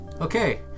Okay